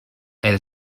elle